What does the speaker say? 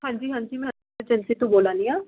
हां जी हां जी मै अजेंसी तो बोला नी आं